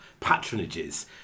patronages